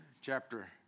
chapter